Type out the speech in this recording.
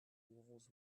walls